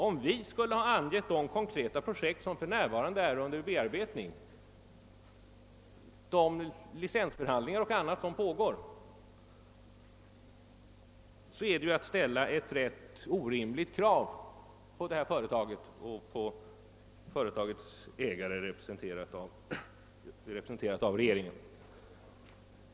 Om vi skulle ha angett de konkreta projekt som för närvarande är under bearbetning, de licensförhandlingar m.m. som pågår, hade det inneburit ett rätt orimligt krav på det här företaget och dess ägare, representerad av regeringen.